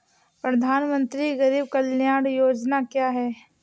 प्रधानमंत्री गरीब कल्याण योजना क्या है?